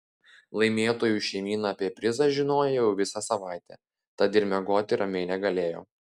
laimėtojų šeimyna apie prizą žinojo jau visą savaitę tad ir miegoti ramiai negalėjo